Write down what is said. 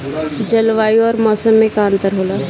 जलवायु और मौसम में का अंतर होला?